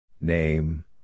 Name